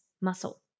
muscle